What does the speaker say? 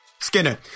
Skinner